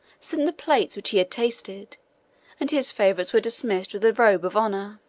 sent the plates which he had tasted and his favorites were dismissed with a robe of honor.